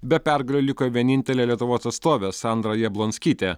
be pergalių liko vienintelė lietuvos atstovė sandra jablonskytė